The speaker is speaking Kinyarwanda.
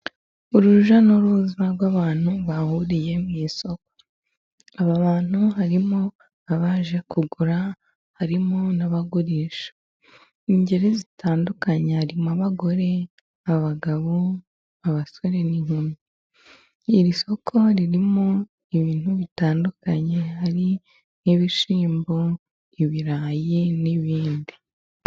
Urujya n'uruza rw'abantu bahuriye mu isoko. Aba bantu harimo n'abaje kugura, harimo n'abagurisha. Ingeri zitandukanye harimo abagore, abagabo, abasore n'inkumi. Iri soko ririmo ibintu bitandukanye hari nk'ibishyimbo, ibirayi n'ibindi.